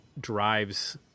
drives